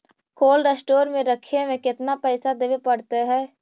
Cold store में रखे में केतना पैसा देवे पड़तै है?